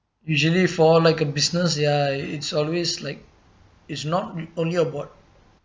usually for like a business ya it's always like is not only about